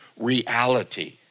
reality